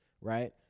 right